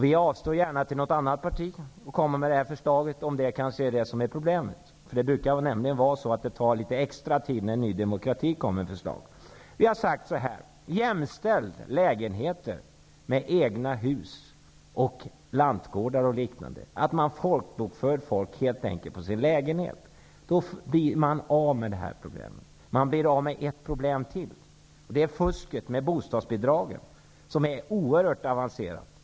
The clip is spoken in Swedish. Vi avstår gärna till något annat parti att komma med detta förslag, om det är problemet. Det brukar nämligen ta litet extra tid när Ny demokrati kommer med förslag. Vi har sagt att man skall jämställa lägenheter med egna hus, lantgårdar och liknande och folkbokföra människor helt enkelt på deras lägenheter. Då blir man av med detta problem. Man blir av med ett problem till, nämligen fusket med bostadsbidragen, vilket är oerhört avancerat.